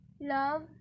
Love